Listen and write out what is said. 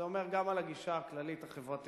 זה אומר גם על הגישה הכללית החברתית